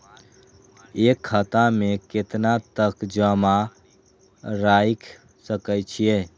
एक खाता में केतना तक जमा राईख सके छिए?